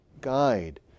guide